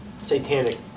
satanic